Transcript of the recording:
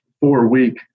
four-week